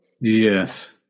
Yes